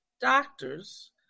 doctors